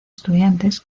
estudiantes